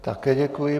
Také děkuji.